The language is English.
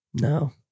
No